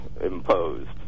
imposed